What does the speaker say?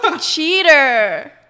cheater